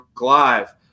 Live